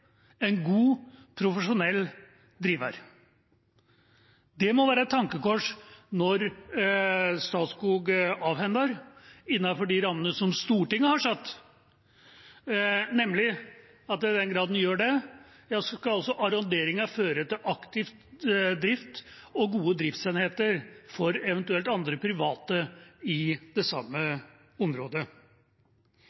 en god, profesjonell driver. Det må være et tankekors når Statskog avhender innenfor de rammene som Stortinget har satt, nemlig at i den grad en gjør det, skal også arronderingen føre til aktiv drift og gode driftsenheter for eventuelt andre private i det samme